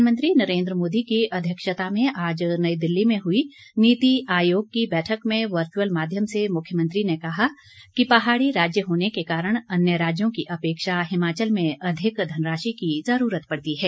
प्रधानमंत्री नरेन्द्र मोदी की अध्यक्षता में आज नई दिल्ली में हुई नीति आयोग की बैठक में वर्चुअल माध्यम से मुख्यमंत्री ने कहा कि पहाड़ी राज्य होने के कारण अन्य राज्यों की अपेक्षा हिमाचल में अधिक धनराशि की जरूरत पड़ती है